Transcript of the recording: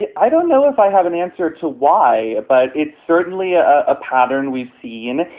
yeah i don't know if i have an answer to why, but it's certainly a ah pattern we've seen.